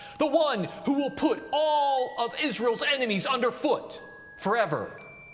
the one who will put all of israel's enemies underfoot forever.